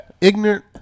ignorant